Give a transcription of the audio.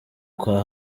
kwa